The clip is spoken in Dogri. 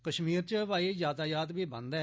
कश्मीर च हवाई यातायात बी बंद ऐ